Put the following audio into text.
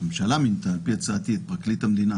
הממשלה מינתה, על פי הצעתי, את פרקליט המדינה